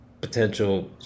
potential